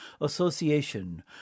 Association